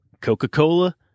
Coca-Cola